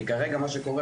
כי כרגע מה שקורה,